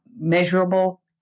measurable